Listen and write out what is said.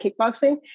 kickboxing